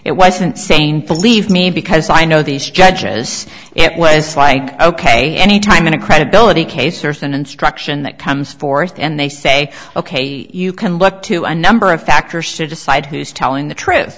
it wasn't sane believe me because i know these judges it was like ok any time in a credibility case certain instruction that comes forth and they say ok you can look to a number of factors to decide who's telling the truth